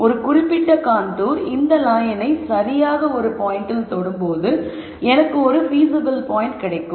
ஒரு குறிப்பிட்ட காண்டூர் இந்த லயனை சரியாக ஒரு பாயிண்டில் தொடும்போது எனக்கு ஒரு பீசிபில் பாயிண்ட் கிடைக்கும்